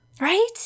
Right